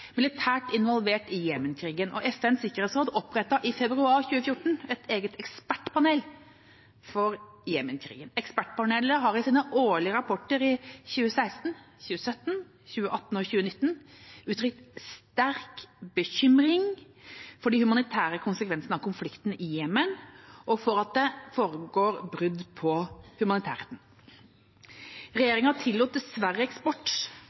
militært involvert i Jemen-krigen, og FNs sikkerhetsråd opprettet i februar 2014 et eget ekspertpanel for Jemen-krigen. Ekspertpanelet har i sine årlige rapporter i 2016, 2017, 2018 og 2019 uttrykt sterk bekymring for de humanitære konsekvensene av konflikten i Jemen og for at det foregår brudd på humanitærretten. Regjeringa tillot dessverre eksport